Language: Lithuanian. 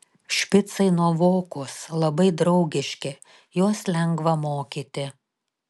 špicai nuovokūs labai draugiški juos lengva mokyti